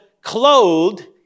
clothed